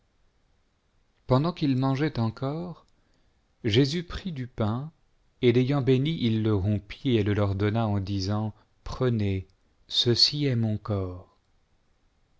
pendant qu'ils mangeaient encore jésus prit du pain et l'ayant béni il le rompit et le leur donna en disant prenez ceci est mon corps